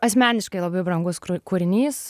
asmeniškai labai brangus kūrinys